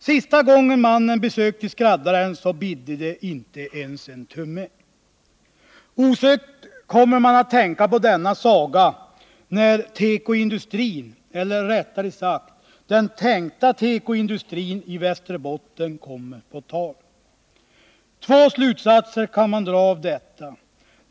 Sista gången mannen besökte skräddaren, så bidde det inte ens en tumme. Osökt kommer man att tänka på denna saga när tekoindustrin — eller rättare sagt den tänkta tekoindustrin — i Västerbotten kommer på tal. Två slutsatser kan man dra av detta.